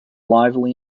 lively